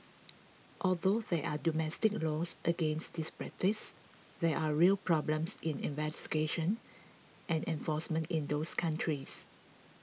although there are domestic laws against this practice there are real problems in investigation and enforcement in those countries